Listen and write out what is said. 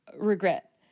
regret